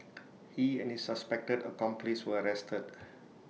he and his suspected accomplice were arrested